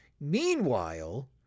Meanwhile